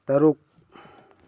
ꯇꯔꯨꯛ